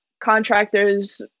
contractors